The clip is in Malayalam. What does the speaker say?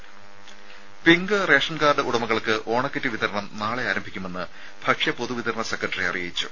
രുമ പിങ്ക് റേഷൻ കാർഡ് ഉടമകൾക്ക് ഓണക്കിറ്റ് വിതരണം നാളെയാരംഭിക്കുമെന്ന് ഭക്ഷ്യ പൊതു വിതരണ സെക്രട്ടറി അറിയിച്ചു